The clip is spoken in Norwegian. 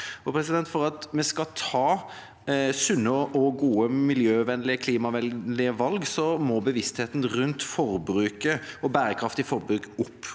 For at vi skal ta sunne og gode miljø- og klimavennlige valg, må bevisstheten rundt forbruk og bærekraftig forbruk opp.